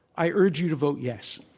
i urge you to vote yes.